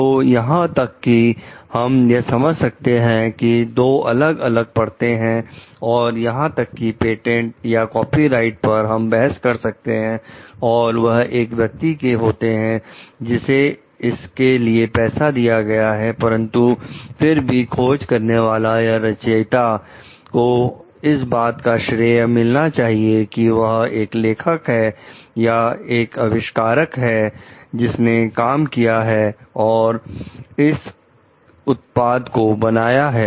तो यहां तक कि हम यह समझ सकते हैं कि दो अलग अलग परते हैं और यहां तक कि पेटेंट या कॉपीराइट पर हम बहस करते हैं और वह एक व्यक्ति के होते हैं जिसे इसके लिए पैसा दिया गया है परंतु फिर भी खोज करने वाला या रचयिता को इस बात का श्रेय मिलना चाहिए कि वह एक लेखक है या एक अविष्कारक है जिसने काम किया है और इस उत्पाद को बनाया है